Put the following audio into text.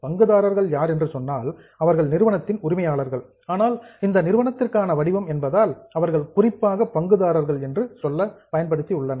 பங்குதாரர்கள் யார் என்று சொன்னால் அவர்கள் நிறுவனத்தின் உரிமையாளர்கள் ஆனால் இது நிறுவனத்திற்கான வடிவம் என்பதால் அவர்கள் குறிப்பாக பங்குதாரர்கள் என்ற சொல்லை பயன்படுத்தியுள்ளனர்